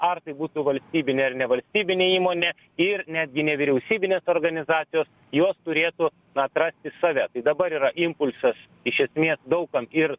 ar tai būtų valstybinė ar nevalstybinė įmonė ir netgi nevyriausybinės organizacijos jos turėtų atrasti save tai dabar yra impulsas iš esmės daug kam ir